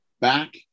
back